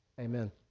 amen